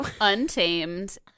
Untamed